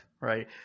right